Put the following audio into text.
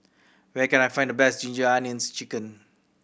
where can I find the best Ginger Onions Chicken